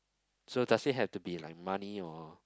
so does it have to be like money or